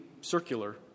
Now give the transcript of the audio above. circular